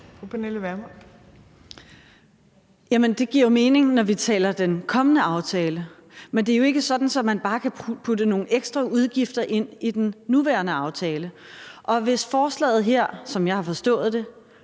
Det giver jo mening, når vi taler den kommende aftale, men det er jo ikke sådan, at man bare kan putte nogle ekstra udgifter ind i den nuværende aftale. Hvis forslaget her, som jeg har forstået det,